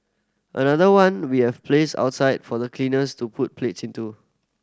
another one we have placed outside for the cleaners to put plates into